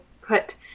put